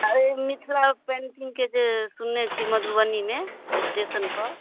एहि मिथिला पेन्टिंगके जे सुनने छी मधुबनीमे स्टेशनपर